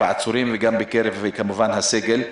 העצורים וכמובן הסגל,